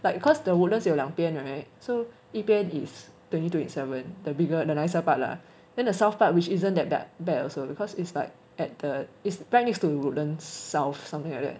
like cause the woodlands 有两边 [right] so 一边 is twenty twenty seven the bigger the nicer part lah then the south part which isn't that bad also because it's like at the it's [right] next to woodlands south something like that